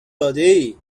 دادهای